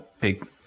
Big